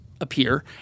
appear